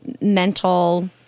mental